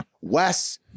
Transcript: Wes